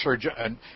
Sir